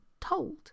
told